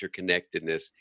interconnectedness